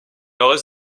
nord